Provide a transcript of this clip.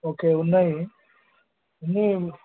okay ఉన్నాయి